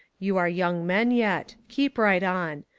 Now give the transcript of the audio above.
you're young men yet. keep right on.